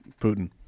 Putin